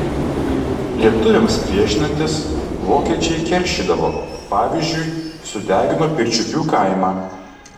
lietuviams priešinantis vokiečiai keršydavo pavyzdžiui sudegino pirčiupių kaimą